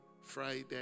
Friday